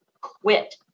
quit